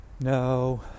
no